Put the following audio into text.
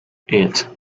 eight